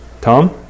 Tom